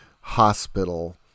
hospital